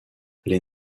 les